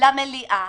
למליאה